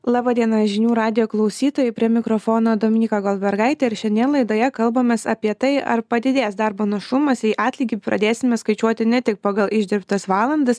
laba diena žinių radijo klausytojai prie mikrofono dominyka goldbergaitė ir šiandien laidoje kalbamės apie tai ar padidės darbo našumas jei atlygį pradėsime skaičiuoti ne tik pagal išdirbtas valandas